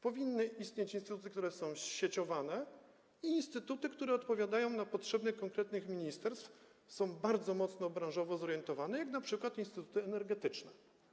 Powinny istnieć instytuty, które są zsieciowane, i instytutu, które odpowiadają na potrzeby konkretnych ministerstw, są bardzo mocno zorientowane branżowo, jak np. instytuty energetyczne.